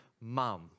mum